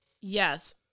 Yes